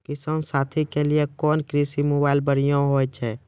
किसान साथी के लिए कोन कृषि मोबाइल बढ़िया होय छै?